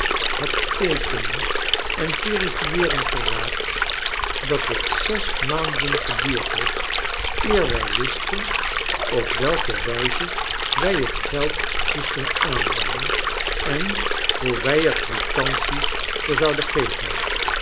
het teekenen en verifieeren geraakt dat het zes maanden geduurd heeft eer wij wis ten op welke wijze wij het geld moesten aannemen en hoe wij er kwitantie voor zouden geven